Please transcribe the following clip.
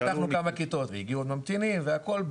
כי פתחנו כמה כיתות והגיעו עוד ממתינים והכול,